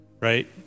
Right